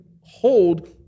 hold